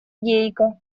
гейка